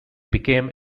became